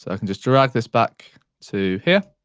ah can just drag this back to here,